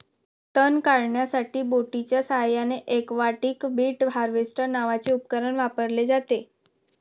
तण काढण्यासाठी बोटीच्या साहाय्याने एक्वाटिक वीड हार्वेस्टर नावाचे उपकरण वापरले जाते